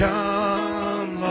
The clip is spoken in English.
Come